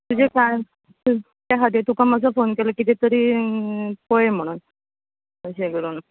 कित्या सांग त्या खातीर तुका मातसो फोन केल्लो किदें तरी पळय म्हणून अशें करून